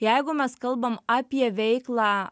jeigu mes kalbam apie veiklą